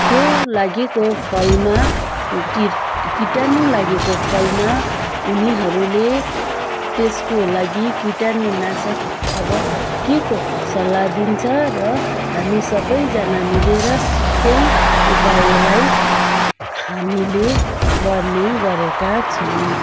त्यो लागेको फलमा किट कीटाणु लागेको फलमा उनीहरूले त्यसको लागि कीटाणुनाशक अब के को सल्लाह दिन्छ र हामी सबैजना मिलेर त्यही उपायलाई हामीले गर्ने गरेका छौँ